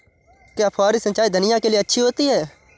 क्या फुहारी सिंचाई धनिया के लिए अच्छी होती है?